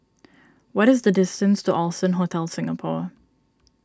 what is the distance to Allson Hotel Singapore